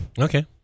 Okay